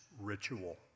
ritual